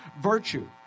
Virtue